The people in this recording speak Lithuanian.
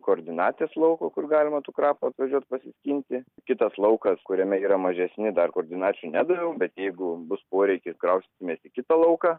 koordinatės lauko kur galima tų krapų atvažiuot pasiskinti kitas laukas kuriame yra mažesni dar koordinačių nedaviau bet jeigu bus poreikis kraustysimės į kitą lauką